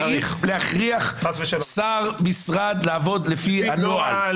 האם להכריח שר או משרד לעבוד לפי הנוהל,